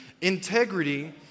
integrity